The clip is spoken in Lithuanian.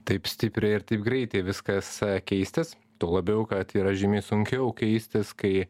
taip stipriai ir taip greitai viskas keistis tuo labiau kad yra žymiai sunkiau keistis kai